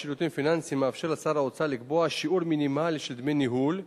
(שיעור מזערי של דמי ניהול),